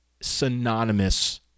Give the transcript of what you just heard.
synonymous